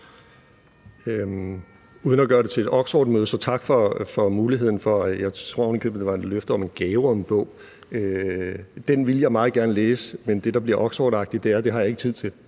Uden at gøre det til et Oxfordmøde vil jeg sige tak for muligheden. Jeg tror ovenikøbet, at der var et løfte om en gave, en bog, og den ville jeg meget gerne læse, men det, der bliver Oxfordagtigt, har jeg ikke tid til,